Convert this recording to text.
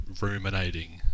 ruminating